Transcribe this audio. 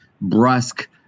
brusque